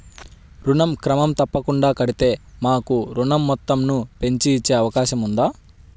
ఋణం క్రమం తప్పకుండా కడితే మాకు ఋణం మొత్తంను పెంచి ఇచ్చే అవకాశం ఉందా?